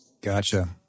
Gotcha